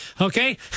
Okay